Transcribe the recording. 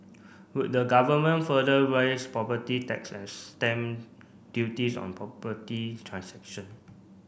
would the Government further raise property tax and stamp duties on property transaction